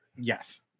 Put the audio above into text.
Yes